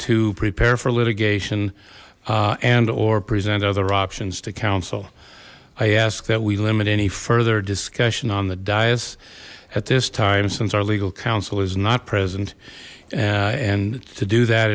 to prepare for litigation andor present other options to counsel i ask that we limit any further discussion on the diets at this time since our legal counsel is not present and to do that